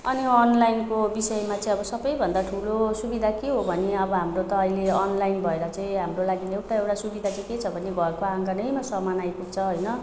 अनि अनलाइनको विषयमा चाहिँ अब सबैभन्दा ठुलो सुविधा के हो भने अब हाम्रो त अहिले अनलाइन भएर चाहिँ हाम्रो लागि एउटा एउटा सुविधा चाहिँ के छ भने घरको आँगनैमा सामान आइपुग्छ होइन